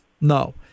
No